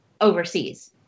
overseas